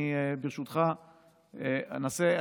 אני, ברשותך, אנסה.